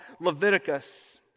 Leviticus